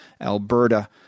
Alberta